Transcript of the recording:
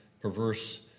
perverse